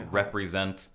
represent